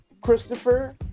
Christopher